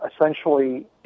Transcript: essentially